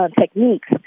techniques